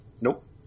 Nope